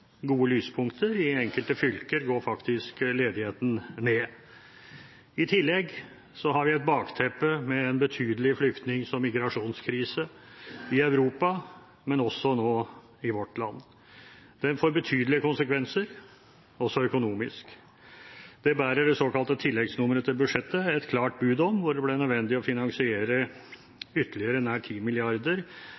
gode lyspunkter. I enkelte fylker går faktisk ledigheten ned. I tillegg har vi et bakteppe med en betydelig flyktning- og migrasjonskrise i Europa, og også nå i vårt land. Den får betydelige konsekvenser, også økonomisk. Det bærer det såkalte tilleggsnummeret til budsjettet et klart bud om, hvor det ble nødvendig å finansiere ytterligere nær